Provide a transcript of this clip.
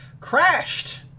crashed